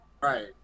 Right